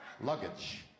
Luggage